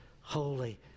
holy